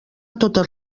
totes